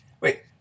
Wait